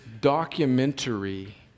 documentary